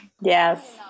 Yes